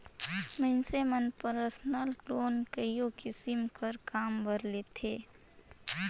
मइनसे मन personal loan कइयो किसिम कर काम बर लेथें